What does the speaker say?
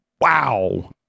Wow